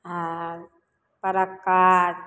आओर फटक्का